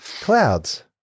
clouds